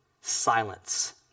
silence